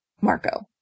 Marco